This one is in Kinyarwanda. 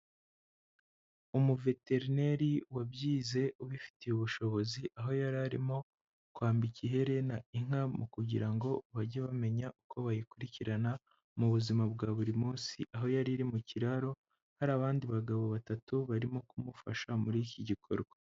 Umuveterineri wabyize, ubifitiye ubushobozi, aho yari arimo kwambika iherena inka mu kugira ngo bajye bamenya uko bayikurikirana mu buzima bwa buri munsi, aho yari iri mu kiraro hari abandi bagabo batatu barimo kumufasha muri iki gikorwa.